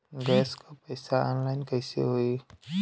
Gas क पैसा online कइसे होई?